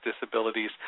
disabilities